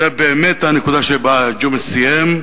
זו באמת הנקודה שבה ג'ומס סיים,